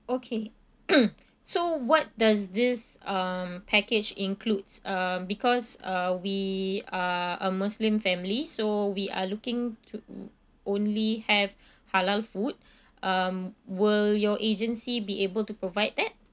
okay so what does this um package includes uh because uh we are a muslim family so we are looking to only have halal food um will your agency be able to provide that